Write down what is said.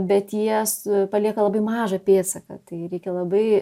bet jie palieka labai mažą pėdsaką tai reikia labai